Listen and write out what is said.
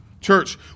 Church